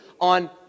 on